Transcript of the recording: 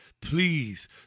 please